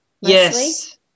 Yes